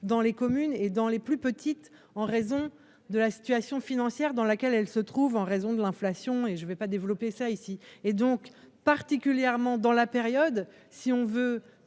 dans les communes et dans les plus petites en raison de la situation financière dans laquelle elle se trouve en raison de l'inflation et je ne vais pas développer ça ici, et donc particulièrement dans la période si on veut,